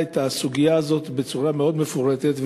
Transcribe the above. את הסוגיה הזאת בצורה מאוד מפורטת,